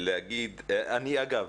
אגב,